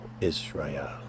Israel